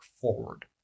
forward